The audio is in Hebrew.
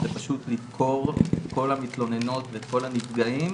זה פשוט לדקור את כל המתלוננות וכל הנפגעים